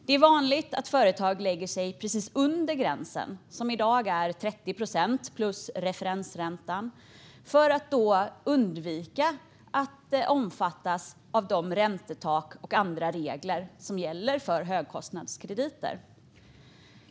Det är vanligt att företag lägger sig precis under gränsen, som i dag är 30 procent plus referensräntan, för att på så sätt undvika att omfattas av de räntetak och andra regler som gäller för högkostnadskrediter.